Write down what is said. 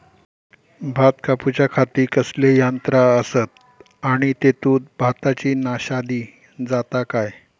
भात कापूच्या खाती कसले यांत्रा आसत आणि तेतुत भाताची नाशादी जाता काय?